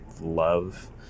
love